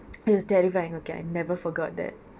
it was terrifying okay I never forgot that